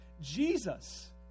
Jesus